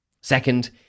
Second